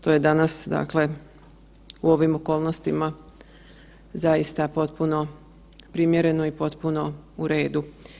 To je danas dakle, u ovim okolnostima zaista potpuno primjereno i potpuno u redu.